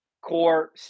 core